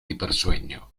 hipersueño